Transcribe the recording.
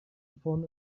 upon